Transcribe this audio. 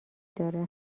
داره